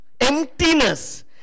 emptiness